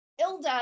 Ilda